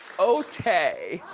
o-tay.